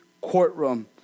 courtroom